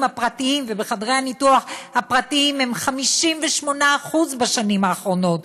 הפרטיים ובחדרי הניתוח הפרטיים היא 58% בשנים האחרונות,